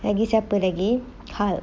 lagi siapa lagi hulk